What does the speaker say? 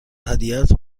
هدیهات